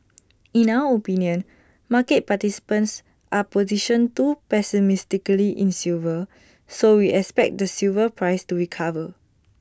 in our opinion market participants are positioned too pessimistically in silver so we expect the silver price to recover